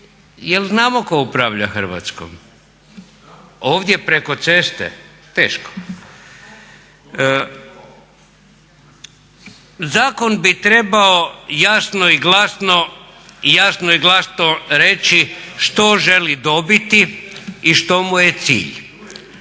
jel znamo tko upravlja Hrvatskom? Ovdje preko ceste? Teško. Zakon bi trebao jasno i glasno reći što želi dobiti i što mu je cilj.